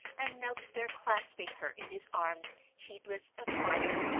and knelt there clasping her in his arms heedless of fire,